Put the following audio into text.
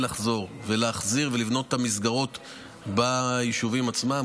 לחזור ולהחזיר ולבנות את המסגרות ביישובים עצמם,